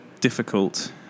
difficult